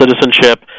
citizenship